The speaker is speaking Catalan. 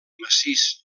massís